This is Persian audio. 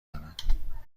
دارم